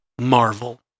Marvel